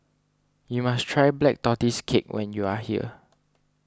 you must try Black Tortoise Cake when you are here